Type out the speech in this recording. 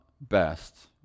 best